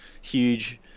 huge